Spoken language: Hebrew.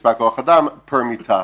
מספר כוח האדם פר מיטה.